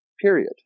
period